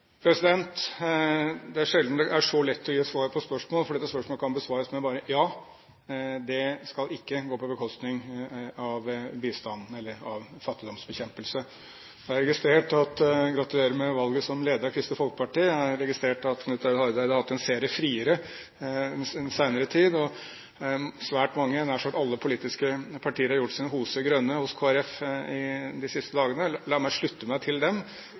Det er sjelden det er så lett å gi et svar på spørsmål, for dette spørsmålet kan besvares med bare: ja. Det skal ikke gå på bekostning av bistand eller fattigdomsbekjempelse. Gratulerer med valget som leder av Kristelig Folkeparti. Jeg har registrert at Knut Arild Hareide har hatt en serie friere den senere tid, og svært mange – nær sagt alle – politiske partier har gjort sine hoser grønne hos Kristelig Folkeparti de siste dagene. La meg slutte meg til